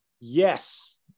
Yes